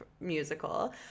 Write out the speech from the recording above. musical